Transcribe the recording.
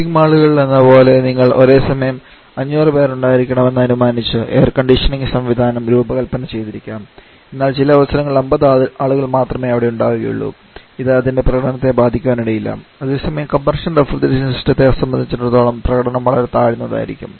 shopping മാളിലെന്നപോലെ നിങ്ങൾ ഒരേസമയം 500 പേർ ഉണ്ടായിരിക്കുമെന്ന് അനുമാനിച്ച് എയർ കണ്ടീഷനിംഗ് സംവിധാനം രൂപകൽപ്പന ചെയ്തിരിക്കാം എന്നാൽ ചില അവസരങ്ങളിൽ 50 ആളുകൾ മാത്രമേ അവിടെ ഉണ്ടാവുകയുള്ളൂ ഇത് അതിന്റെ പ്രകടനത്തെ ബാധിക്കാനിടയില്ല അതേസമയം കംപ്രഷൻ റഫ്രിജറേഷൻ സിസ്റ്റത്തെ സംബന്ധിച്ചിടത്തോളം പ്രകടനം വളരെ താഴ്ന്നതായിരിക്കും